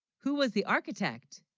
who, was the architect